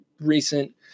recent